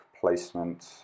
placement